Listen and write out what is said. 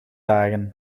dagen